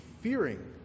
fearing